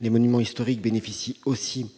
Les monuments historiques bénéficient